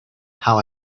how